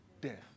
Death